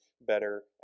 better